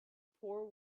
poor